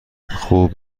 خوب